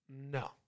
No